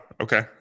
Okay